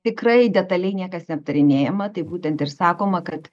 tikrai detaliai niekas neaptarinėjama tai būtent ir sakoma kad